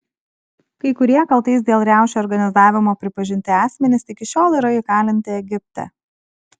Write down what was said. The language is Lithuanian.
kai kurie kaltais dėl riaušių organizavimo pripažinti asmenys iki šiol yra įkalinti egipte